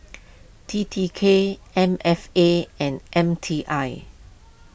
T T K M F A and M T I